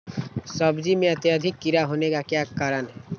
सब्जी में अत्यधिक कीड़ा होने का क्या कारण हैं?